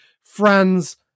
friends